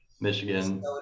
Michigan